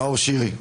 נאור שירי.